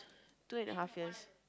two and a half years